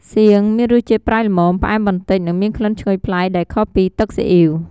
សៀង មានរសជាតិប្រៃល្មម ផ្អែមបន្តិច និងមានក្លិនឈ្ងុយប្លែក ដែលខុសពីទឹកស៊ីអុីវ។